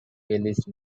released